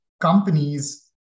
companies